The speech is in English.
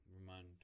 remind